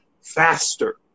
faster